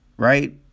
Right